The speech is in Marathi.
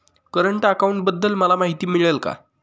करंट अकाउंटबद्दल मला माहिती मिळेल का?